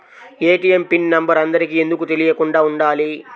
ATM pin number అందరికి ఎందుకు తెలియకుండా ఉండాలి?